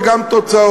זה גם תוצאות.